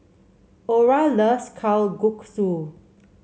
Orra loves Kalguksu